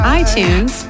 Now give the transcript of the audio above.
iTunes